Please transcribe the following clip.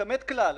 לכמת כלל.